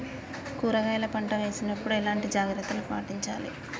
కూరగాయల పంట వేసినప్పుడు ఎలాంటి జాగ్రత్తలు పాటించాలి?